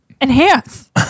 enhance